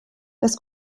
das